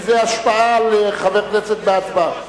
אל, כי זה השפעה על חבר כנסת בהצבעה.